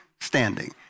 standing